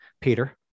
Peter